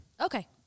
Okay